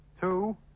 Two